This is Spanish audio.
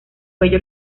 cuello